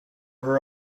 her